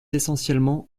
essentiellement